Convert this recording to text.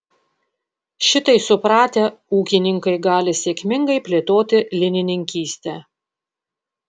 šitai supratę ūkininkai gali sėkmingai plėtoti linininkystę